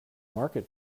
market